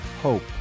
HOPE